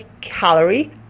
calorie